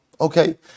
Okay